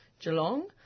Geelong